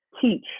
teach